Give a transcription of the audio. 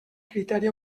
criteri